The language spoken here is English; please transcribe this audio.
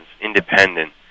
independent